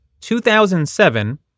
2007